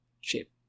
shape